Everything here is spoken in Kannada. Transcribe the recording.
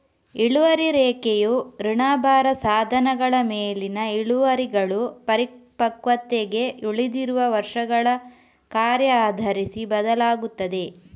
ಇಳುವರಿ ರೇಖೆಯು ಋಣಭಾರ ಸಾಧನಗಳ ಮೇಲಿನ ಇಳುವರಿಗಳು ಪರಿಪಕ್ವತೆಗೆ ಉಳಿದಿರುವ ವರ್ಷಗಳ ಕಾರ್ಯ ಆಧರಿಸಿ ಬದಲಾಗುತ್ತದೆ